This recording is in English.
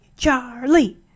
Charlie